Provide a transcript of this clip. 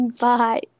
Bye